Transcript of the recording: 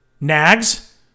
Nags